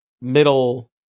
middle